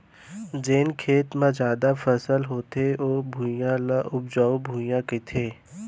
जेन खेत म जादा फसल होथे ओ भुइयां, ल उपजहा भुइयां कथें